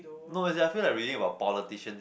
no as it feel like really about politician